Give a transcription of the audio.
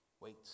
Wait